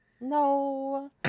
No